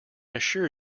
assure